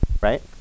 right